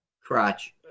crotch